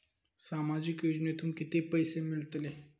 सामाजिक योजनेतून किती पैसे मिळतले?